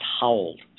howled